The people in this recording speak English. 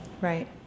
Right